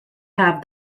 have